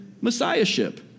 Messiahship